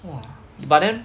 !wah! but then